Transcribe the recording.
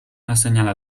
assenyala